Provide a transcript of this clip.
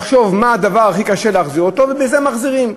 לחשוב מה הדבר שהכי קשה להחזיר, ובזה מחזירים.